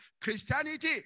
Christianity